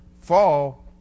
fall